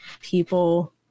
people